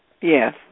Yes